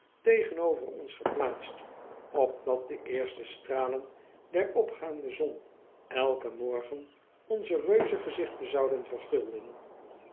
tegenover ons geplaatst opdat de eerste stralen der opgaawie zon elken morgen onze reuzengezichten zouden vergulden